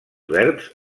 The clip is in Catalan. verbs